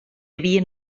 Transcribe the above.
havien